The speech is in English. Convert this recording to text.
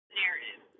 narrative